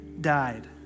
died